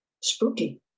spooky